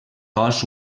cos